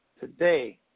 today